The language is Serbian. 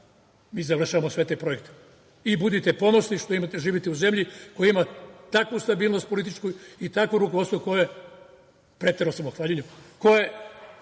mi završavamo sve te projekte i budite ponosni što živite u zemlji koja ima takvu stabilnost političku i takvo rukovodstvo koje, preterao sam u hvaljenju, koje